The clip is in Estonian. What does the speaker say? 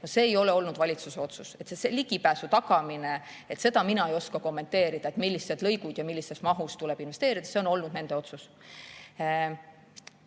ei ole olnud valitsuse otsus. Seda ligipääsu tagamist mina ei oska kommenteerida, et millised lõigud ja millises mahus tuleb sinna investeerida. See on olnud nende otsus.